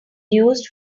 used